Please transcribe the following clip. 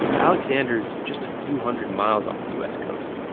aleksander is just a few hundred miles off the u s. coast,